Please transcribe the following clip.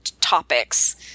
topics